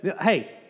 hey